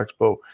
expo